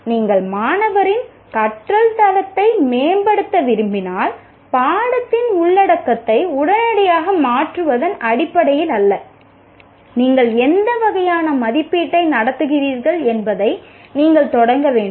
நீங்கள் மாணவரின் கற்றல் தரத்தை மேம்படுத்த விரும்பினால் பாடத்தின் உள்ளடக்கத்தை உடனடியாக மாற்றுவதன் அடிப்படையில் அல்ல நீங்கள் எந்த வகையான மதிப்பீட்டை நடத்துகிறீர்கள் என்பதை நீங்கள் தொடங்க வேண்டும்